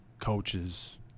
coaches